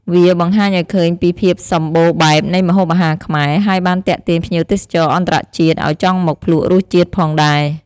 វាបង្ហាញឲ្យឃើញពីភាពសម្បូរបែបនៃម្ហូបអាហារខ្មែរ ហើយបានទាក់ទាញភ្ញៀវទេសចរអន្តរជាតិឲ្យចង់មកភ្លក្សរសជាតិផងដែរ។